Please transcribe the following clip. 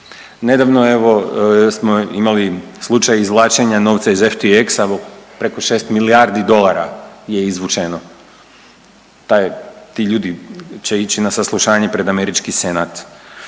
Nedavno evo smo imali slučaj izvlačenja novca iz FTX-a preko 6 milijardi dolara je izvučeno. Taj, ti ljudi će ići na saslušanje pred američki senat.